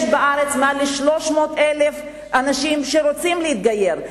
יש בארץ יותר מ-300,000 אנשים שרוצים להתגייר.